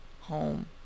home